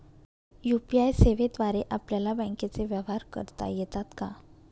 UPI सेवेद्वारे आपल्याला बँकचे व्यवहार करता येतात का?